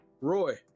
roy